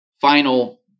final